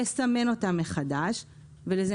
לסמן אותם מחדש ולזה,